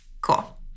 Cool